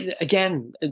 again